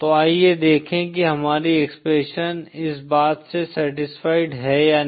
तो आइए देखें कि हमारी एक्सप्रेशन इस बात से सटिस्फियड है या नहीं